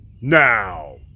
Now